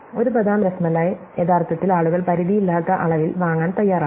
ഒരു ബദാം റാസ്മലൈ യഥാർത്ഥത്തിൽ ആളുകൾ പരിധിയില്ലാത്ത അളവിൽ വാങ്ങാൻ തയ്യാറാണ്